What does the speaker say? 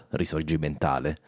risorgimentale